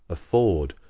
a ford,